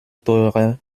teurer